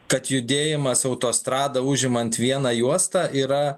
kad judėjimas autostrada užimant vieną juostą yra